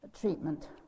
treatment